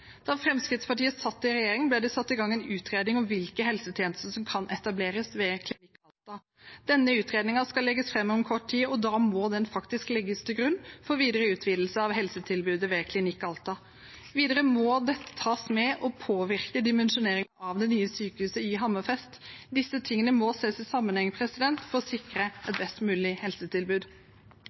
Da Fremskrittspartiet satt i regjering, ble det satt i gang en utredning av hvilke helsetjenester som kan etableres ved Klinikk Alta. Denne utredningen skal legges fram om kort tid, og da må den faktisk legges til grunn for videre utvidelse av helsetilbudet ved Klinikk Alta. Videre må dette tas med og påvirke dimensjonering av det nye sykehuset i Hammerfest. Disse tingene må ses i sammenheng for å sikre et best mulig helsetilbud.